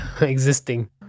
existing